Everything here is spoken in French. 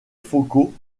foucault